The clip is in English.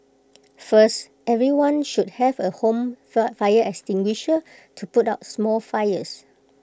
first everyone should have A home fire extinguisher to put out small fires